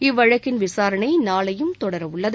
இவ்வழக்கின் விசாரணை நாளையும் தொடரவுள்ளது